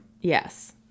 Yes